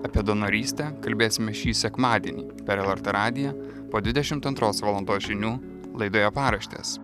apie donorystę kalbėsime šį sekmadienį per lrt radiją po dvidešimt antros valandos žinių laidoje paraštės